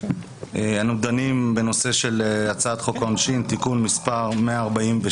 אנו דנים בנושא הצעת חוק העונשין (תיקון מס' 145),